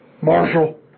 Marshall